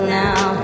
now